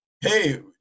hey